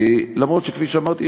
למרות שכפי שאמרתי,